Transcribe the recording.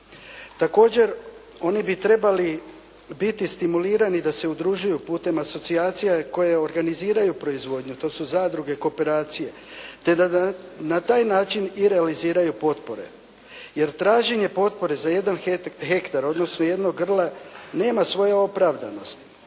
Također oni bi trebali biti stimulirani da se udružuju putem asocijacija koje organiziraju proizvodnju. To su zadruge, kooperacije. Te da na taj način i realiziraju potpore. Jer traženje potpore za jedan hektar odnosno jednog grla nema svoje opravdanosti.